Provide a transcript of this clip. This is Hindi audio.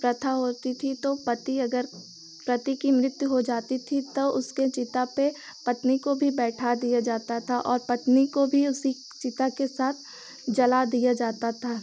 प्रथा होती थी तो पति अगर पति की मृत्यु हो जाती थी तौ उसकी चिता पर पत्नी को भी बैठा दिया जाता था और पत्नी को भी उसी चिता के साथ जला दिया जाता था